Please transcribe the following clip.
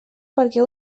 perquè